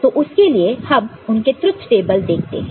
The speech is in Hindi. तो उसके लिए हम उनके ट्रुथ टेबल देखते हैं